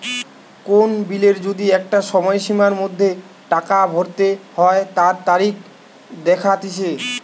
কোন বিলের যদি একটা সময়সীমার মধ্যে টাকা ভরতে হই তার তারিখ দেখাটিচ্ছে